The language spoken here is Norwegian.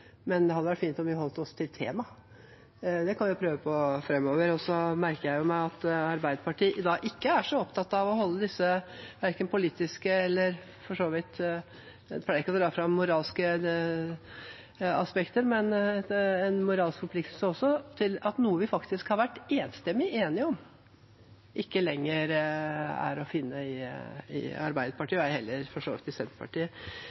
men det hadde vært fint om vi holdt oss til temaet. Det kan vi jo prøve på framover. Så merker jeg meg at Arbeiderpartiet ikke er så opptatt av å holde verken de politiske eller moralske forpliktelsene. Jeg pleier ikke å dra fram det moralske aspektet, men det er også en moralsk forpliktelse til at noe vi faktisk har vært enstemmig enige om, ikke lenger er å finne i Arbeiderpartiet, og ei heller, for så vidt, i Senterpartiet.